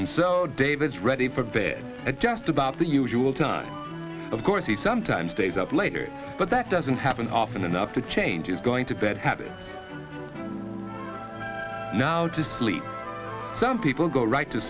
and so david's ready for bed at just about the usual time of course he sometimes stays up later but that doesn't happen often enough to change is going to bed happy now to sleep some people go right to